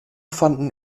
fanden